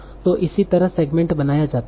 तो इसी तरह सेगमेंट बनाया जाता है